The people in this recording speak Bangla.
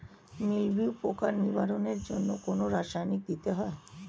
মিলভিউ পোকার নিবারণের জন্য কোন রাসায়নিক দিতে হয়?